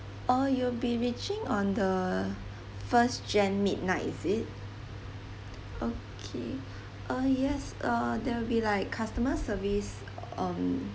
oh you'll be reaching on the first jan midnight is it okay uh yes uh there'll be like customer service um